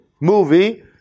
movie